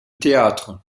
théâtre